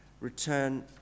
return